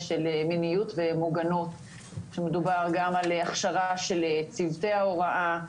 של מיניות ומוגנות שמדובר גם על הכשרה של צוותי ההוראה,